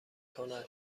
کند